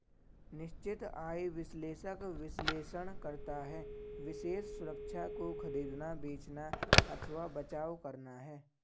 निश्चित आय विश्लेषक विश्लेषण करता है विशेष सुरक्षा को खरीदना, बेचना अथवा बचाव करना है